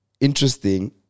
interesting